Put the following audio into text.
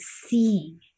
seeing